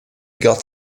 got